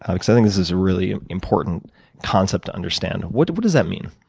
ah because i think this is a really important concept to understand. what what does that mean?